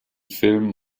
filmen